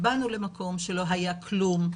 באנו למקום שלא היה כלום,